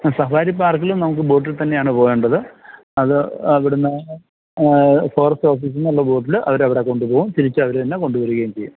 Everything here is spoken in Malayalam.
സഫാരി പാർക്കിലും നമുക്ക് ബോട്ടിൽ തന്നെയാണ് പോവേണ്ടത് അത് അവിടുന്ന് ഫോറസ്റ്റ് ഓഫീസിൽ നിന്നുള്ള ബോട്ടിൽ അവർ അവിടെ കൊണ്ട് പോവും തിരിച്ച് അവർ തന്നെ കൊണ്ടുവരികയും ചെയ്യും